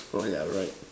oh yeah right